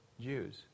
Jews